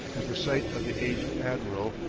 at the sight of the aged admiral,